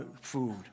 food